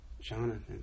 Jonathan